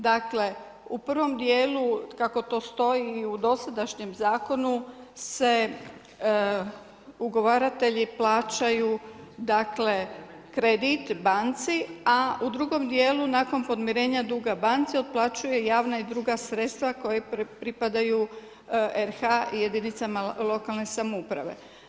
Dakle u prvom dijelu kako to stoji i u dosadašnjem zakonu se ugovaratelji plaćaju, dakle kredit banci, a u drugom dijelu nakon podmirenja duga banci otplaćuje javna i druga sredstva koji pripadaju RH i jedinicama lokalne samouprave.